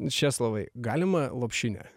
česlovai galima lopšinę